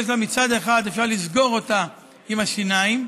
מצד אחד אפשר לסגור אותה עם השיניים,